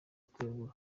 kwegura